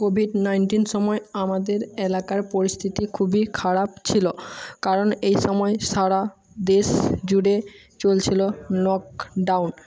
Covid nineteen সময়ে আমাদের এলাকার পরিস্থিতি খুবই খারাপ ছিলো কারণ এই সময়ে সারা দেশ জুড়ে চলছিলো লকডাউন